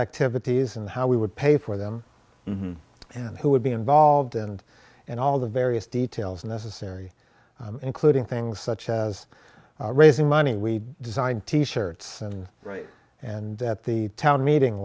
activities and how we would pay for them and who would be involved and and all the various details necessary including things such as raising money we designed t shirts and right and at the town meeting